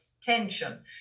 tension